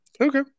Okay